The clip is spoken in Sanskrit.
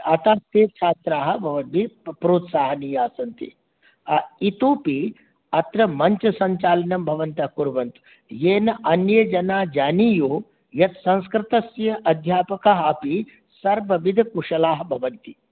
अतः ते छात्राः भवद्भिः प्रोत्साहनीया सन्ति इतोपि अत्र मञ्चसञ्चालनं भवन्तः कुर्वन्तु येन अन्ये जनाः जानीयुः यत् संस्कृतस्य अध्यापकाः अपि सर्वविध कुशलाः भवन्ति